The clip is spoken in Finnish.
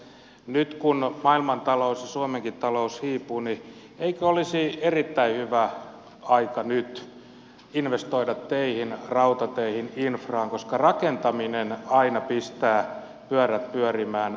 nyt kun maailmantalous ja suomenkin talous hiipuu niin eikö olisi erittäin hyvä aika investoida teihin rautateihin infraan koska rakentaminen aina pistää pyörät pyörimään